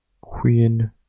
queen